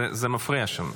זה מפריע שם.